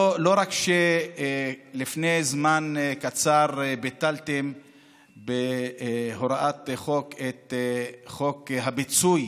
לא רק שלפני זמן קצר ביטלתם בהוראת חוק את חוק הפיצוי